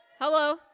Hello